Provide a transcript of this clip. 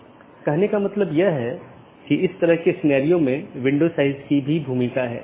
या एक विशेष पथ को अमान्य चिह्नित करके अन्य साथियों को विज्ञापित किया जाता है